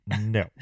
No